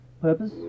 purpose